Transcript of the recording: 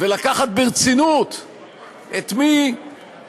ולקחת ברצינות את מי